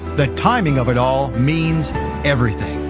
the timing of it all means everything,